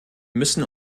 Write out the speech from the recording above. müssen